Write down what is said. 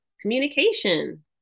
communication